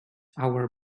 our